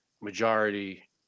majority